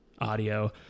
audio